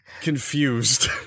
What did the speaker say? confused